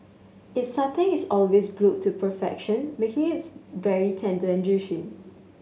its satay is always grilled to perfection making its very tender and juicy